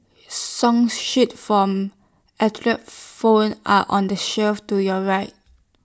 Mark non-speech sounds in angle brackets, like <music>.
song sheets from <unintelligible> are on the shelf to your right